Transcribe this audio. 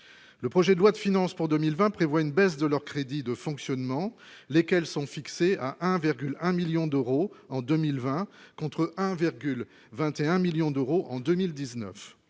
le projet de loi de finances pour 2020 prévoit une baisse de leurs crédits de fonctionnement, lesquelles sont fixées à 1,1 1000000 d'euros en 2020 contre 1,21 millions d'euros en 2019